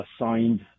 assigned